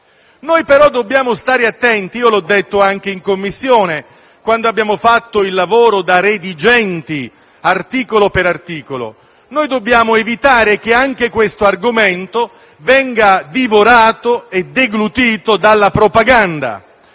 però stare attenti, come ho detto anche in Commissione quando abbiamo fatto il lavoro da redigenti, articolo per articolo: dobbiamo evitare che anche questo argomento venga divorato e deglutito dalla propaganda.